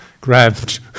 grabbed